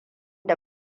da